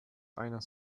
einer